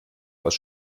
aus